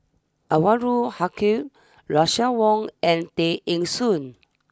Anwarul Haque Russel Wong and Tay Eng Soon